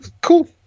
Cool